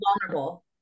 vulnerable